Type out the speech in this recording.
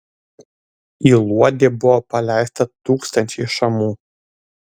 į luodį buvo paleista tūkstančiai šamų